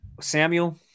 Samuel